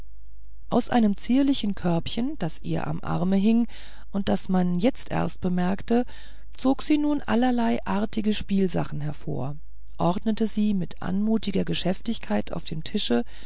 aus einem zierlichen körbchen das ihr am arme hing und das man jetzt erst bemerkte zog sie nun allerlei artige spielsachen hervor ordnete sie mit anmutiger geschäftigkeit auf dem tische